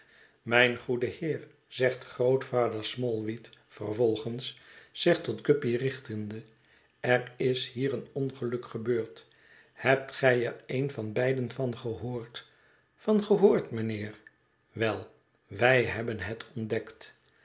mijn goede heer zegt grootvader smallweed vervolgens zich tot guppy richtende er is hier een ongeluk gebeurd hebt gij er een van beiden van gehoord van gehoord mijnheer wel wij hebben het ontdekt